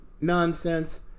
nonsense